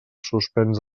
suspens